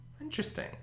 interesting